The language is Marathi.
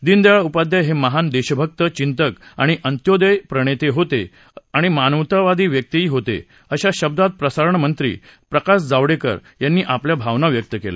दिनदयाळ उपाध्याय हे महान देशभक्त चिंतक आणि अंत्योदयचे प्रणेते आणि मानवतावादी व्यक्ती होते अशा शब्दात प्रसारण मंत्री प्रकाश जावडेकर यांनी आपल्या भावना व्यक्त केल्या